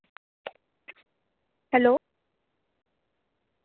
hello